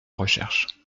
recherche